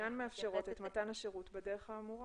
מאפשרות את מתן השירות בדרך האמורה".